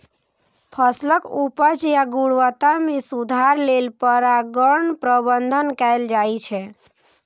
फसलक उपज या गुणवत्ता मे सुधार लेल परागण प्रबंधन कैल जाइ छै